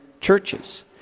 churches